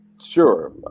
Sure